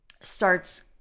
starts